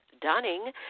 Dunning